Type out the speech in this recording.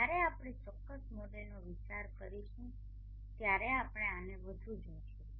જ્યારે આપણે ચોક્કસ મોડેલનો વિચાર કરીશું ત્યારે આપણે આને વધુ જોશું